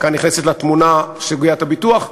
כאן נכנסת לתמונה סוגיית הביטוח.